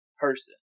person